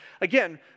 again